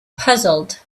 puzzled